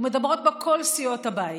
ומדברות בו כל סיעות הבית,